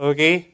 Okay